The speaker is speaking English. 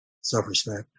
self-respect